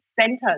centers